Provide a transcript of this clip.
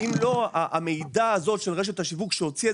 אם לא המעידה הזו של רשת השיווק שהוציאה